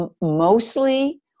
mostly